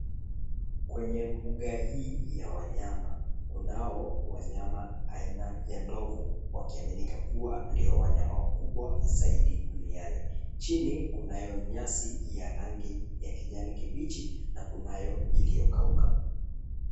Kwenye mbuga hii ya wanyama kunao wanyama aina ya ndovu wakiaminika kuwa ndio wanyama wakubwa zaidi duniani. Chini kunayo nyasi ya rangi ya kijanikibichi na kunayo iliyokauka.